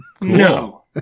No